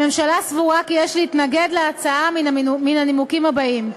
הממשלה סבורה כי יש להתנגד להצעה מן הנימוקים הבאים: